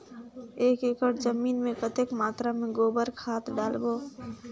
एक एकड़ जमीन मे कतेक मात्रा मे गोबर खाद डालबो?